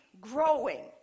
growing